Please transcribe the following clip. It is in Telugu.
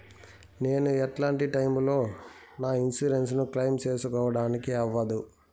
నేను ఎట్లాంటి టైములో నా ఇన్సూరెన్సు ను క్లెయిమ్ సేసుకోవడానికి అవ్వదు?